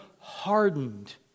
hardened